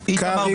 קרעי,